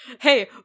hey